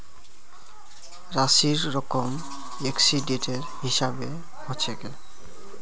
राशिर रकम एक्सीडेंटेर हिसाबे हछेक